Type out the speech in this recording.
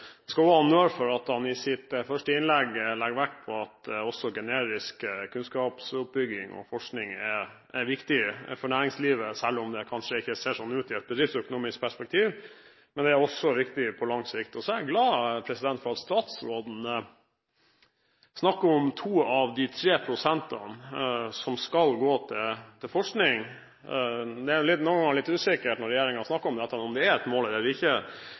skal også ha honnør for at han i sitt første innlegg legger vekt på at også generisk kunnskapsoppbygging og forskning er viktig for næringslivet, selv om det kanskje ikkje ser sånn ut i et bedriftsøkonomisk perspektiv. Men det er også viktig på lang sikt. Så er jeg glad for at statsråden snakker om to av de tre prosentene som skal gå til forskning. Når regjeringen snakker om det, er det noen ganger litt usikkert om det er et mål eller ikke